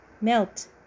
Melt